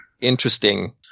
Interesting